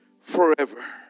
forever